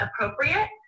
appropriate